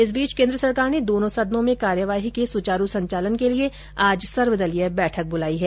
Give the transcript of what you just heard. इस बीच केन्द्र सरकार ने दोनों सदनों में कार्यवाही के सुचारू संचालन के लिए आज सर्वदलीय बैठक बुलाई है